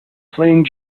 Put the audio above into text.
playing